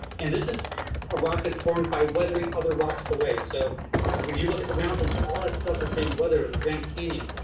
and this is a rock that's formed by weathering other rocks away. so when you look at the mountains, all that stuff has been weathered, or the grand canyon,